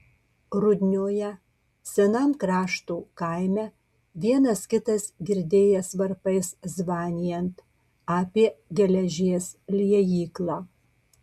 rudnioje senam krašto kaime vienas kitas girdėjęs varpais zvanijant apie geležies liejyklą